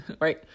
right